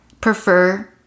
prefer